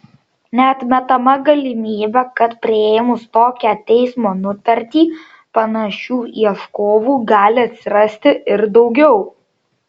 neatmetama galimybė kad priėmus tokią teismo nutartį panašių ieškovų gali atsirasti ir daugiau